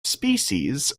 species